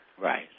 Right